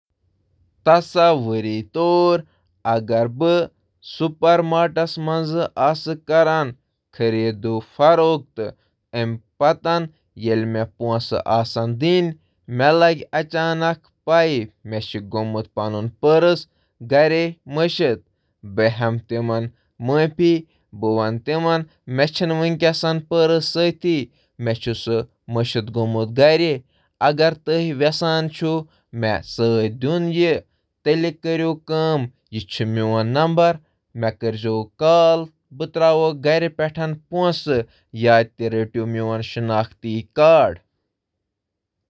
تصور کٔرِو، اگر بہٕ سُپر مارکیٹَس منٛز چھُس، مےٚ چھِ خٔریٖدٲری کٔرمٕژ تہٕ بہٕ چھُس ادا کران، تہٕ مےٚ چھُ احساس زِ مےٚ چھُ گَرَس منٛز پنُن بٹوٕ مٔشِد گوٚمُت۔ بہٕ وَنَس تِمَن افسوس، مےٚ گوٚو گَرَس منٛز پنُن بٹوٕ مٔشِد۔ اگر تُہۍ مےٚ یہِ سمان دِیِو بہٕ کَرٕ گَرَس منٛز آن لایِن ادٲیگی۔